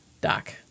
Doc